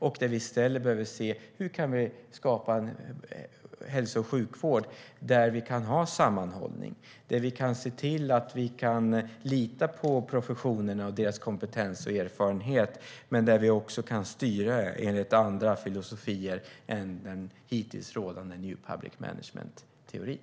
Vi behöver i stället se hur vi kan skapa en hälso och sjukvård där vi kan ha sammanhållning, där vi kan se till att vi kan lita på professionerna och deras kompetens och erfarenhet och där vi också kan styra enligt andra filosofier än den hittills rådande New Public Management-teorin.